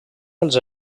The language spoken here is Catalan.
als